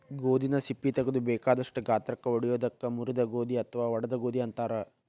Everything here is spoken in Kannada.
ಗೋಧಿನ ಸಿಪ್ಪಿ ತಗದು ಬೇಕಾದಷ್ಟ ಗಾತ್ರಕ್ಕ ಒಡಿಯೋದಕ್ಕ ಮುರಿದ ಗೋಧಿ ಅತ್ವಾ ಒಡದ ಗೋಧಿ ಅಂತಾರ